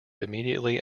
immediately